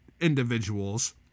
individuals